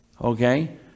okay